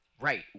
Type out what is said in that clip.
right